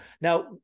Now